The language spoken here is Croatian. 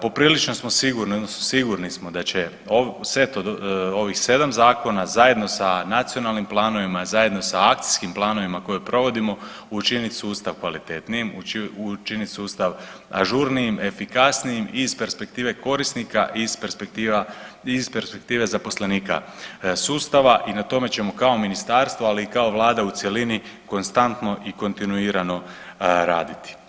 Poprilično smo sigurni odnosno sigurni smo da će set od ovih sedam zakona zajedno sa nacionalnim planovima, zajedno sa akcijskim planovima koje provodimo učinit sustav kvalitetnijim, učinit sustav ažurnijim, efikasnijim i iz perspektive korisnike i iz perspektive zaposlenika sustava i na tome ćemo kao ministarstvo, ali i kao Vlada u cjelini konstantno i kontinuirano raditi.